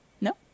No